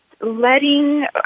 letting